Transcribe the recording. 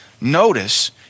notice